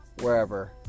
wherever